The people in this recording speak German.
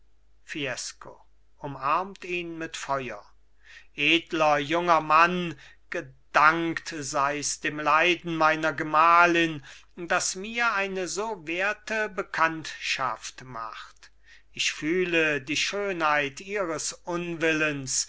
fiesco umarmt ihn mit feuer edler junger mann gedankt seis dem leiden meiner gemahlin das mir eine so werte bekanntschaft macht ich fühle die schönheit ihres unwillens